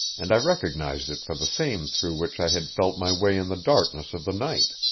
and i recognized it for the same through which i had felt my way in the darkness of the night.